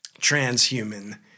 transhuman